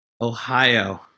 Ohio